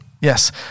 yes